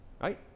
Right